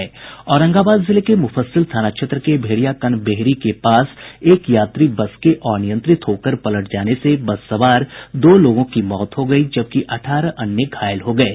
औरंगाबाद जिले के मुफस्सिल थाना क्षेत्र के भेड़िया कनबेहरी के पास एक यात्री बस के अनियंत्रित होकर पलट जाने से बस सवार दो लोगों की मौत हो गयी जबकि अठारह अन्य घायल हो गये